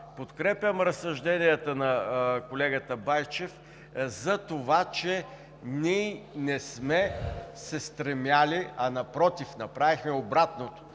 подкрепям разсъжденията на колегата Байчев, че не сме се стремели, а напротив, направихме обратното